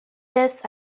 this